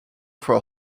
for